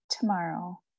tomorrow